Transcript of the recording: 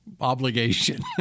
obligation